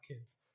kids